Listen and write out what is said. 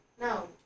No